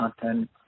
content